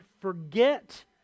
forget